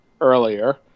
earlier